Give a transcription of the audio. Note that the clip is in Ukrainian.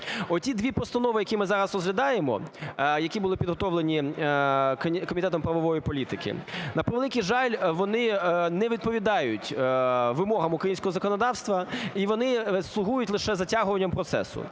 Оті дві постанови, які ми зараз розглядаємо, які були підготовлені Комітетом правової політики, на превеликий жаль, вони не відповідають вимогам українського законодавства і вони слугують лише затягуванням процесу.